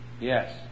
Yes